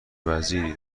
وزیری